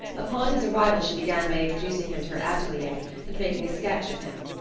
upon his arrival she began by introducing him to her atelier and making a sketch of him.